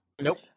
Nope